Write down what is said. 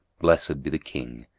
blessed be the king,